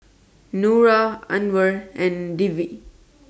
Nura Anuar and Dwi